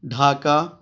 Dhaka